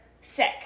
Sick